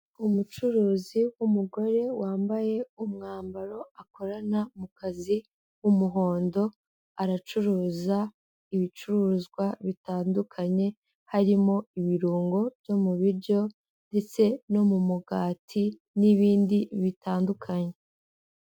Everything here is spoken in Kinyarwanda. Umucuruzi w'umugore wambaye umwambaro akorana mu kazi w'umuhondo, aracuruza ibicuruzwa bitandukanye, harimo ibirungo byo mu biryo ndetse no mu mugati n'ibindi bitandukanye.